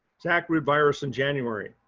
sacbrood virus in january.